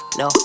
no